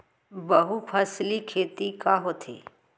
बहुफसली खेती का होथे?